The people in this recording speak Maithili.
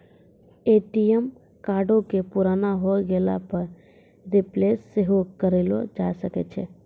ए.टी.एम कार्डो के पुराना होय गेला पे रिप्लेस सेहो करैलो जाय सकै छै